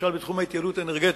למשל בתחום ההתייעלות האנרגטית,